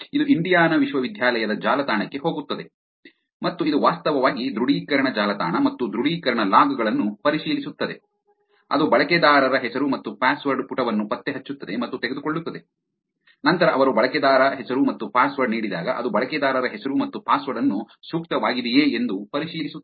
ಇದು ಇಂಡಿಯಾನಾ ವಿಶ್ವವಿದ್ಯಾಲಯದ ಜಾಲತಾಣಕ್ಕೆ ಹೋಗುತ್ತದೆ ಮತ್ತು ಇದು ವಾಸ್ತವವಾಗಿ ದೃಢೀಕರಣ ಜಾಲತಾಣ ಮತ್ತು ದೃಢೀಕರಣ ಲಾಗ್ ಗಳನ್ನು ಪರಿಶೀಲಿಸುತ್ತದೆ ಅದು ಬಳಕೆದಾರರ ಹೆಸರು ಮತ್ತು ಪಾಸ್ವರ್ಡ್ ಪುಟವನ್ನು ಪತ್ತೆ ಹಚ್ಚುತ್ತದೆ ಮತ್ತು ತೆಗೆದುಕೊಳ್ಳುತ್ತದೆ ನಂತರ ಅವರು ಬಳಕೆದಾರ ಹೆಸರು ಮತ್ತು ಪಾಸ್ವರ್ಡ್ ನೀಡಿದಾಗ ಅದು ಬಳಕೆದಾರರ ಹೆಸರು ಮತ್ತು ಪಾಸ್ವರ್ಡ್ ಅನ್ನು ಸೂಕ್ತವಾಗಿದಿಯೇ ಎಂದು ಪರಿಶೀಲಿಸುತ್ತದೆ